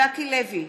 ז'קי לוי,